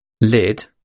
lid